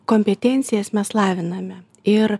kompetencijas mes laviname ir